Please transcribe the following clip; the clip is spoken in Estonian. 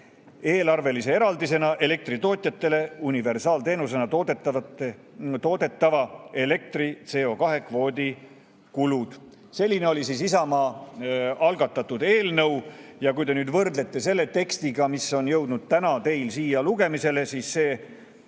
eelarvelise eraldisena elektri tootjatele universaalteenusena toodetava elektri CO2‑kvoodi kulud. Selline oli siis Isamaa algatatud eelnõu. Ja kui te nüüd võrdlete seda selle tekstiga, mis on jõudnud täna siia lugemisele, siis see